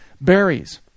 berries